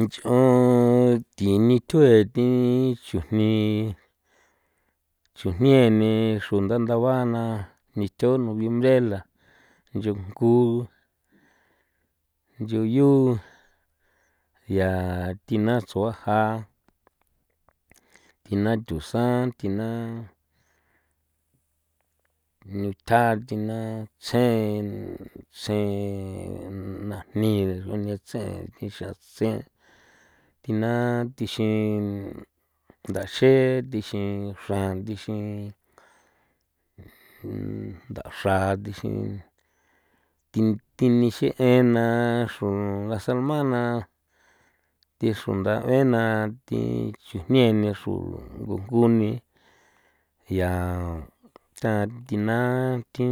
Nch'on thi nithue thi chujni chujnie ni, ni xro nda ndaba na nithjo noviembre la nch'on njgu nchon yu ya thi na tsu a ja thina thusan thina niutha, thina tsjen, tsjen najni ngunchetse'e thi xan tsen thina thixin ndaxe thixin xran thixin ndaxra thixin thi thi nixe'e na xro las armanas thi xro ndabe'en na thi chujnie ni xru jngu jnguni ya tathi na thi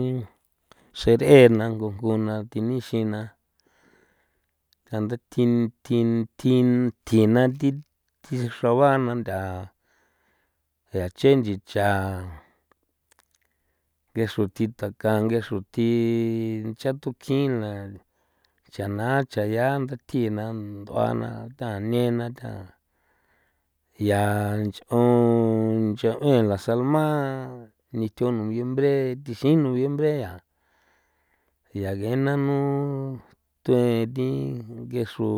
xer'e na jngu nguna thi nixin na tanda thin thin thin thjina thi xrabana ntha che nchicha texro thi takan nge xro thii thi icha tukin la ya na cha ya ndathji thi na nduꞌa ta nena ta ya nch'on ncho e las salma' nithjo noviembre thixin noviembre ya, ya ge nanu te thi nge xru.